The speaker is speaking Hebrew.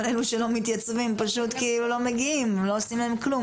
אבל אלו שלא מתייצבים פשוט כי הם לא מגיעים ולא עושים להם כלום,